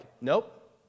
nope